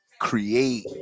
create